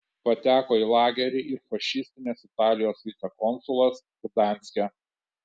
pateko į lagerį ir fašistinės italijos vicekonsulas gdanske